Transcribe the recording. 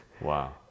Wow